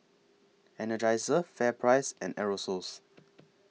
Energizer FairPrice and Aerosoles